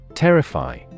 Terrify